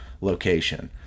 location